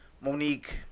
Monique